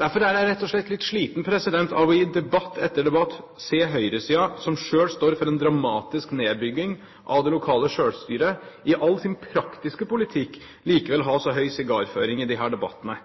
Derfor er jeg rett og slett litt sliten av i debatt etter debatt å se høyresiden, som selv står for en dramatisk nedbygging av det lokale selvstyret, i all sin praktiske politikk likevel ha så høy sigarføring i disse debattene.